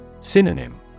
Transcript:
Synonym